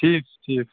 ٹھیٖک چھُ ٹھیٖک چھُ